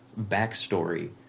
backstory